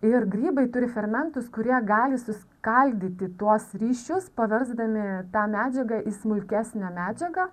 ir grybai turi fermentus kurie gali suskaldyti tuos ryšius paversdami tą medžiagą į smulkesnę medžiagą